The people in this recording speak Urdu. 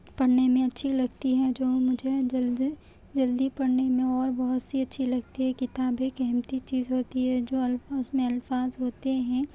پڑھنے میں اچھی لگتی ہے جو مجھے جلد جلدی پڑھنے میں اور بہت سی اچھی لگتی ہے کتاب ایک قیمتی چیز ہوتی ہے جو الفاظ میں الفاظ ہوتے ہیں